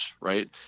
right